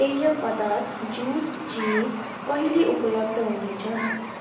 पेय पदार्थ जुस चिज कहिले उपलब्ध हुनेछन्